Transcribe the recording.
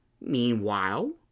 Meanwhile